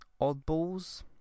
Oddballs